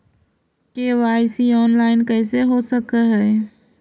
KYC online कैसे हो सक है?